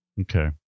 okay